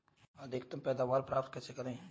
अधिकतम पैदावार प्राप्त कैसे करें?